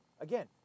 Again